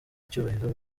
icyubahiro